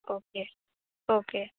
okay okay